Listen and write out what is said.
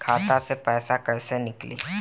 खाता से पैसा कैसे नीकली?